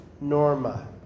Norma